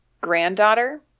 granddaughter